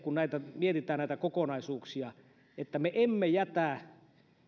kun mietitään näitä kokonaisuuksia huomioitaisiin että me emme jätä